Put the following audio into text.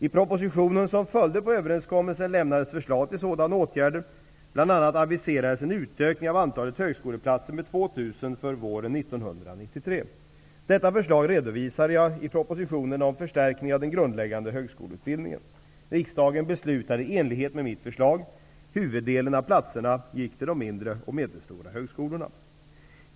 I propositionen som följde på överenskommelsen lämnades förslag till sådana åtgärder. Bl.a. aviserades en utökning av antalet högskoleplatser med 2 000 för våren 1993. Detta förslag redovisade jag i propositionen om förstärkning av den grundläggande högskoleutbildningen. Riksdagen beslutade i enlighet med mitt förslag. Huvuddelen av platserna gick till de mindre och medelstora högskolorna.